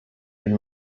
die